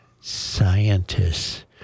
scientists